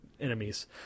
Enemies